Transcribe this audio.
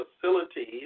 facilities